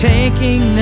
Taking